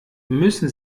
müssen